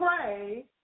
pray